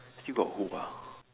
still got who ah